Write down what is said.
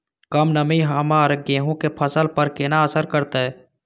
कम नमी हमर गेहूँ के फसल पर केना असर करतय?